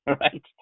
Right